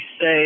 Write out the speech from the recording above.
say